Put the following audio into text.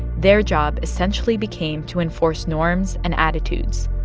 their job essentially became to enforce norms and attitudes.